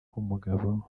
nk’umugabo